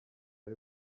ari